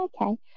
Okay